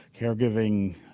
caregiving